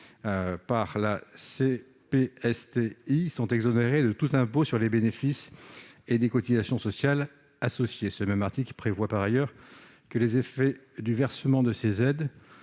par le CPSTI sont exonérées de tout impôt sur les bénéfices et des cotisations sociales associées. Le même article prévoit par ailleurs que les effets du versement de ces aides